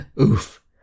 Oof